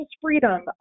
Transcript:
freedom